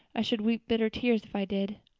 i should weep bitter tears if i did.